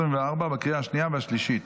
לקריאה השנייה ולקריאה השלישית.